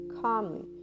calmly